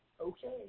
okay